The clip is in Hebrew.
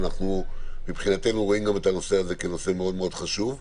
ואנחנו מבחינתנו רואים גם את הנושא הזה כנושא מאוד מאוד חשוב,